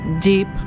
deep